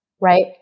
right